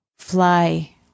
fly